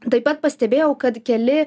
taip pat pastebėjau kad keli